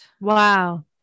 Wow